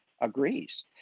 agrees